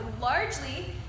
largely